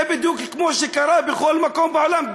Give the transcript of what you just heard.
זה בדיוק כמו שקרה בכל מקום בעולם,